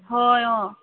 হয় অঁ